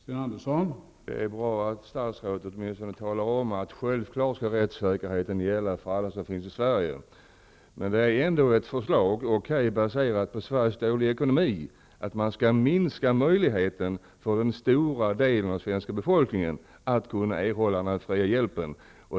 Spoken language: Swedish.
Herr talman! Det är bra att statsrådet åtminstone talar om att rättssäkerheten självfallet skall gälla för alla som finns i Sverige. Men det är ändå ett förslag -- okej, det är baserat på Sveriges dåliga ekonomi -- att man skall minska möjligheten för den stora delen av den svenska befolkningen att erhålla den här fria hjälpen.